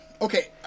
Okay